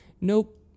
Nope